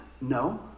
No